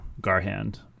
Garhand